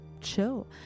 chill